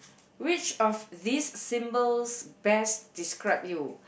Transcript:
which of these symbols best describe you